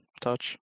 touch